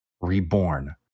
Reborn